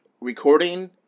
recording